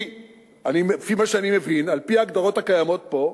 כי לפי מה שאני מבין, על-פי ההגדרות הקיימות פה,